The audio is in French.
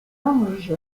longe